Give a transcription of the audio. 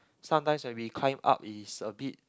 sometimes when we climb up it is a bit